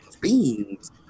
beans